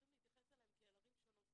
צריכים להתייחס אליהם כאל ערים שונות.